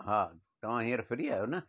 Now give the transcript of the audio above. हा तव्हां हींअर फ्री आहियो न